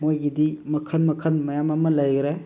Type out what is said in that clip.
ꯃꯣꯏꯒꯤꯗꯤ ꯃꯈꯜ ꯃꯈꯜ ꯃꯌꯥꯝ ꯑꯃ ꯂꯩꯈ꯭ꯔꯦ